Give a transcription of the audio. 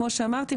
כמו שאמרתי,